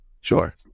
Sure